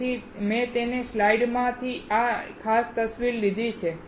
તેથી મેં તેની સ્લાઇડમાંથી આ ખાસ તસવીર લીધી છે